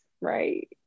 right